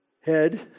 Head